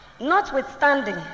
Notwithstanding